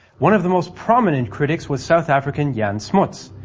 one of the most prominent critics was south african jan smuts.